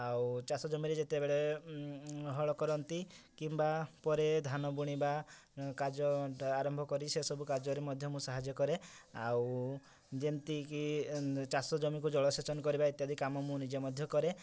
ଆଉ ଚାଷ ଜମିରେ ଯେତେବେଳେ ହଳ କରନ୍ତି କିମ୍ବା ପରେ ଧାନ ବୁଣିବା କାର୍ଯ୍ୟଟା ଆରମ୍ଭ କରି ସେସବୁ କାର୍ଯ୍ୟରେ ମଧ୍ୟ ମୁଁ ସାହାଯ୍ୟ କରେ ଆଉ ଯେମିତିକି ଚାଷ ଜମିକୁ ଜଳ ସେଚନ କରିବା ଇତ୍ୟାଦି କାମ ମୁଁ ନିଜେ ମଧ୍ୟ କରେ